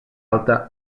alta